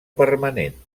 permanent